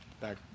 back